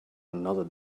another